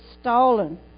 stolen